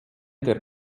der